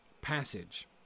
passage